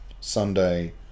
Sunday